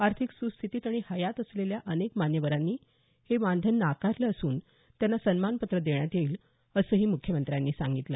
आर्थिक सुस्थितीत आणि हयात असलेल्या अनेक मान्यवरांनी हे मानधन नाकारलं असून त्यांना सन्मानपत्र देण्यात येईल असंही मुख्यमंत्र्यांनी सांगितलं